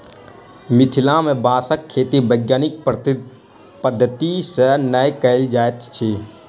मिथिला मे बाँसक खेती वैज्ञानिक पद्धति सॅ नै कयल जाइत अछि